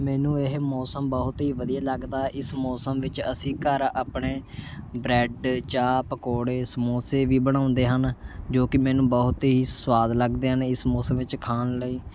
ਮੈਨੂੰ ਇਹ ਮੌਸਮ ਬਹੁਤ ਹੀ ਵਧੀਆ ਲੱਗਦਾ ਹੈ ਇਸ ਮੌਸਮ ਵਿੱਚ ਅਸੀਂ ਘਰ ਆਪਣੇ ਬ੍ਰੈਡ ਚਾਹ ਪਕੌੜੇ ਸਮੋਸੇ ਵੀ ਬਣਾਉਂਦੇ ਹਨ ਜੋ ਕਿ ਮੈਨੂੰ ਬਹੁਤ ਹੀ ਸੁਆਦ ਲੱਗਦੇ ਹਨ ਇਸ ਮੌਸਮ ਵਿੱਚ ਖਾਣ ਲਈ